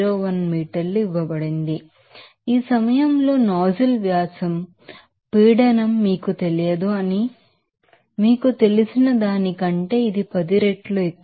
01 మీటర్లు ఇవ్వబడింది ఈ సమయంలో నాజిల్ డ్యామిటర్ ప్రెషర్ మీకు తెలియదు అని మీకు తెలిసిన దానికంటే ఇది 10 రెట్లు ఎక్కువ